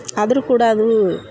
ಆದರೂ ಕೂಡ ಅದು